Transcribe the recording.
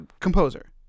Composer